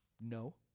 no